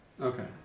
Okay